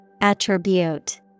Attribute